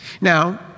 Now